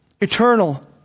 eternal